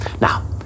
Now